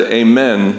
amen